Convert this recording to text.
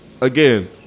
again